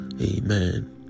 Amen